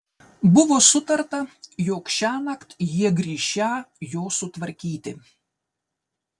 buvo sutarta jog šiąnakt jie grįšią jo sutvarkyti